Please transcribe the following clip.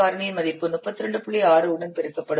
6 உடன் பெருக்கப்படும்